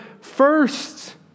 first